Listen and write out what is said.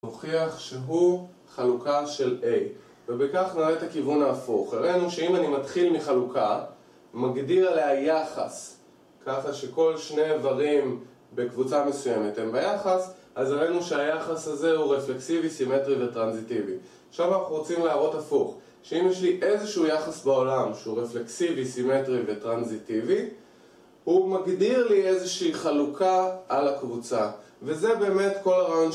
נוכיח שהוא חלוקה של A ובכך נראה את הכיוון ההפוך, הראינו שאם אני מתחיל מחלוקה, מגדיר עליה יחס ככה שכל שני איברים בקבוצה מסוימת הם ביחס אז ראינו שהיחס הזה הוא רפלקסיבי, סימטרי וטרנזיטיבי. עכשיו אנחנו רוצים להראות הפוך, שאם יש לי איזשהו יחס בעולם שהוא רפלקסיבי, סימטרי וטרנזיטיבי הוא מגדיר לי איזושהי חלוקה על הקבוצה, וזה באמת כל הרעיון